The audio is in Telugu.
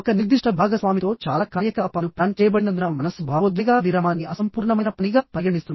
ఒక నిర్దిష్ట భాగస్వామితో చాలా కార్యకలాపాలు ప్లాన్ చేయబడినందున మనస్సు భావోద్వేగ విరామాన్ని అసంపూర్ణమైన పనిగా పరిగణిస్తుంది